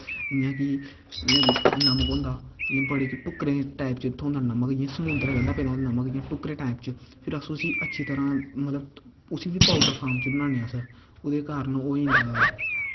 जि'यां कि जि'यां नमक होंदा जि'यां बड्डी टुक्करी टाईप च थ्होंदा नमक इ'यां समुन्दरै कंढै पैदा होंदा नमक इ'यां टुक्करी टाईप च फिर अस अच्छी तरह मतलब उस्सी बी पौडर टाईप च बनाने अस ओह्दे कारण ओह् होई जंदा